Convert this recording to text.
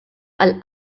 għall